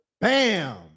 Bam